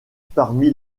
parmi